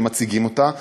שמציגים אותה,